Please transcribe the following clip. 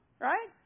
Right